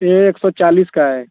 ये एक सौ चालीस का है